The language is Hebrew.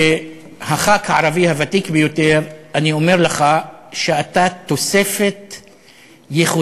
כחבר הכנסת הערבי הוותיק ביותר אני אומר לך שאתה תוספת ייחודית,